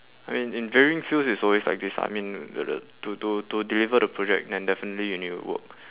I mean in varying field it's always like this ah I mean the the to to to deliver the project then definitely you need to work